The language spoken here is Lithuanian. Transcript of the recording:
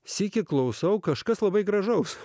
sykį klausau kažkas labai gražaus